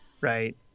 right